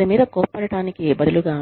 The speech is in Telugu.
వారి మీద కొప్పడటానికి బదులుగా